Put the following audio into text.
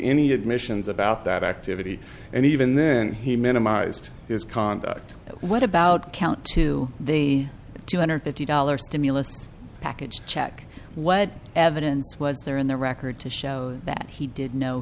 any admissions about that activity and even then he minimized his conduct what about count two the two hundred fifty dollars stimulus package check what evidence was there in the record to show that he did know